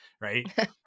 Right